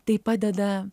tai padeda